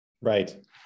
Right